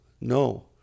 No